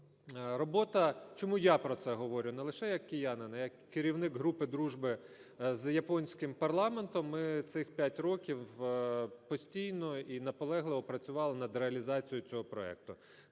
робота... Чому я про це говорю не лише як киянин, а як керівник групи дружби з японським парламентом? Ми цих п'ять років постійно і наполегливо працювали над реалізацією цього проекту.